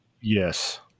Yes